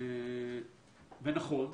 ונכון,